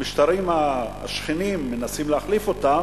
המשטרים השכנים, מנסים להחליף אותם,